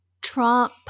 Trump